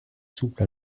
souple